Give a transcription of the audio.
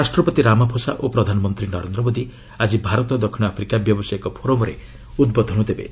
ରାଷ୍ଟ୍ରପତି ରାମାଫୋସା ଓ ପ୍ରଧାନମନ୍ତ୍ରୀ ନରେନ୍ଦ୍ର ମୋଦି ଆଜି ଭାରତ ଦକ୍ଷିଣ ଆଫ୍ରିକା ବ୍ୟବସାୟିକ ଫୋରମ୍ରେ ଉଦ୍ବୋଧନ ଦେବେ